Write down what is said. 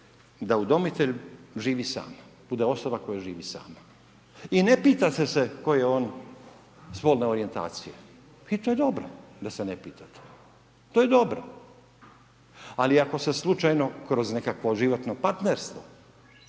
da udomitelj živi sam, bude osoba koja živi sama i ne pitate se koje je on spolne orijentacije i to je dobro da se ne pitate, to je dobro, ali ako se slučajno kroz nekakvo životno partnerstvo